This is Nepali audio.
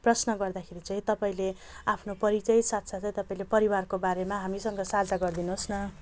प्रश्न गर्दाखेरि चाहिँ तपाईँले आफ्नो परिचय साथसाथै तपाईँले परिवारको बारेमा हामीसँग साझा गरिदिनु होस् न